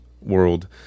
world